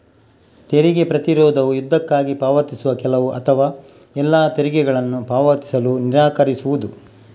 ತೆರಿಗೆ ಪ್ರತಿರೋಧವು ಯುದ್ಧಕ್ಕಾಗಿ ಪಾವತಿಸುವ ಕೆಲವು ಅಥವಾ ಎಲ್ಲಾ ತೆರಿಗೆಗಳನ್ನು ಪಾವತಿಸಲು ನಿರಾಕರಿಸುವುದು